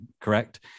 correct